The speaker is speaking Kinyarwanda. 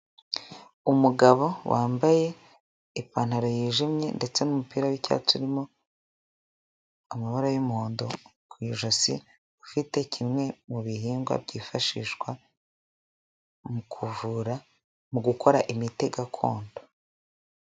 Umugabo wambaye ipantaro yijimye ndetse n'umupira w'icyatsi urimo amabara y'umuhondo ku ijosi, ufite kimwe mu bihingwa byifashishwa mu kuvura, mu gukora imiti gakondo.